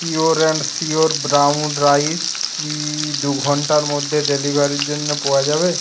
pure and sure brown rice কি দু ঘন্টার মধ্যে ডেলিভারির জন্য পোওয়া যাবে